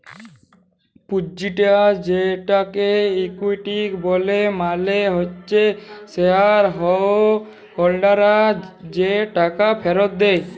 পুঁজিটা যেটাকে ইকুইটি ব্যলে মালে হচ্যে শেয়ার হোল্ডাররা যে টাকা ফেরত দেয়